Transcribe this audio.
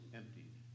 emptied